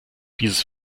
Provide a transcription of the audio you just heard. dieses